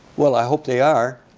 well, i hope they are.